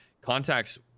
contacts